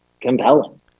compelling